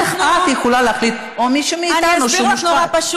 את לא יכולה להחליט, או מישהו מאיתנו, שהוא מושחת.